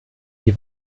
die